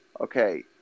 okay